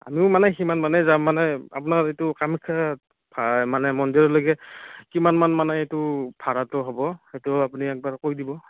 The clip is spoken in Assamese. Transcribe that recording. আমি মানে সিমানমানে যাম মানে আপোনাৰ এইটো কামাখ্যা মানে মন্দিৰলৈকে কিমানমান মানে এইটো ভাড়াটো হ'ব সেইটো আপুনি এবাৰ কৈ দিব